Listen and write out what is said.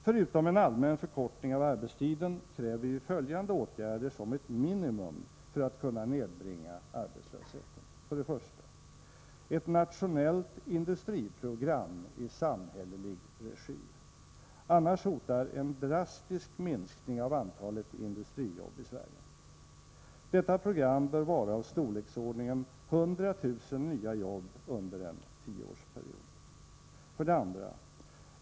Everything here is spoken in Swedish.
Förutom en allmän förkortning av arbetstiden kräver vi följande åtgärder som ett minimum för att kunna nedbringa arbetslösheten: 1. Ett nationellt industriprogram i samhällelig regi — annars hotar en drastisk minskning av antalet industrijobb i Sverige. Detta program bör vara av storleksordningen 100 000 nya jobb under en tioårsperiod. 2.